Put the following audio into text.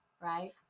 right